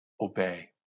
obey